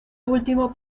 último